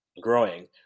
growing